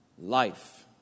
life